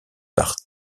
par